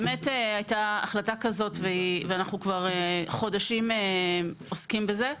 באמת הייתה החלטה כזאת ואנחנו כבר חודשים עוסקים בזה.